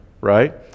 right